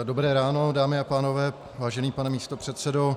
Dobré ráno, dámy a pánové, vážený pane místopředsedo.